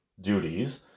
duties